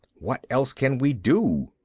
what else can we do?